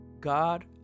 God